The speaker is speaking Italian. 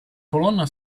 colonna